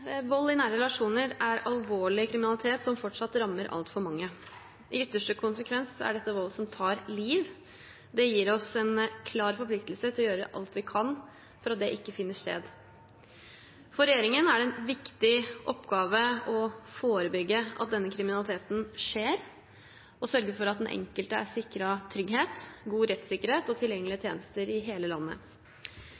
Vold i nære relasjoner er alvorlig kriminalitet som fortsatt rammer altfor mange. I ytterste konsekvens er dette vold som tar liv. Det gir oss en klar forpliktelse til å gjøre alt vi kan for at det ikke finner sted. For regjeringen er det en viktig oppgave å forebygge at slik kriminaliteten skjer, og sørge for at den enkelte er sikret trygghet, god rettssikkerhet og tilgjengelige